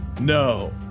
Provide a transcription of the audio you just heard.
No